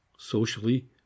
socially